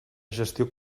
gestió